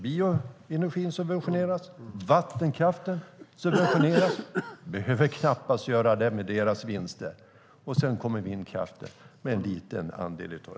Bioenergin subventioneras, och vattenkraften subventioneras. Den behöver knappast subventioneras med tanke på dess vinster. Sedan kommer vindkraften med en liten andel av detta.